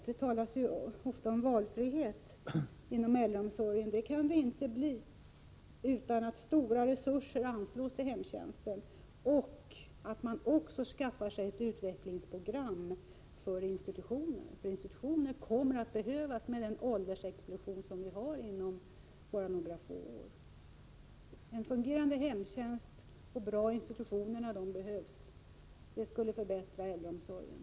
Det talas ofta om valfrihet inom äldreomsorgen, men det kan det inte bli utan att stora resurser anslås till hemtjänsten och ett utvecklingsprogram utformas för institutioner, som kommer att behövas när åldringsexplosionen inträffar inom några få år. En fungerande hemtjänst och bra institutioner behövs — det skulle förbättra äldreomsorgen.